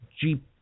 Jeep